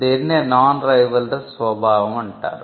దీన్నే non rivalrous స్వభావం అంటారు